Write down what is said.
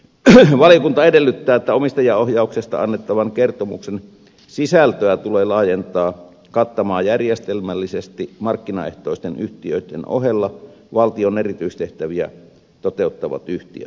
toiseksi valiokunta edellyttää että omistajaohjauksesta annettavan kertomuksen sisältöä tulee laajentaa kattamaan järjestelmällisesti markkinaehtoisten yhtiöiden ohella valtion erityistehtäviä toteuttavat yhtiöt